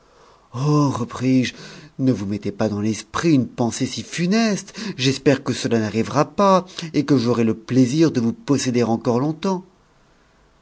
repris-je ne vous mettez pas dans l'esprit une pensée si funeste espère que cela n'arrivera pas et que j'aurai le plaisir de vous posséder encore longtemps